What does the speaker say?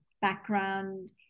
background